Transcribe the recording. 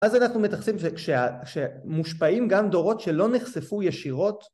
‫אז אנחנו מתייחסים שמושפעים ‫גם דורות שלא נחשפו ישירות.